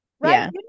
right